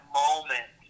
moment